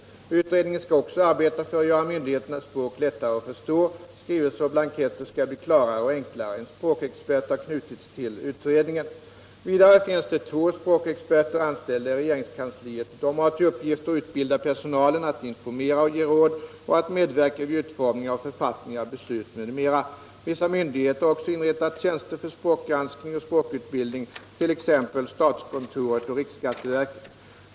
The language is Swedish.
Utredningen skall också arbeta för att göra myndigheternas språk lättare att förstå; skrivelser och blanketter skall bli klarare och enklare. En språkexpert har knutits till utredningen. 21 Vidare finns det två språkexperter anställda i regeringskansliet. De har till uppgift att utbilda personalen, att informera och ge råd samt att medverka vid utformningen av författningar, beslut m.m. Vissa myndigheter har också inrättat tjänster för språkgranskning och språkutbildning, t.ex. statskontoret och riksskatteverket.